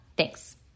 Thanks